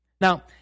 Now